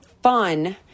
fun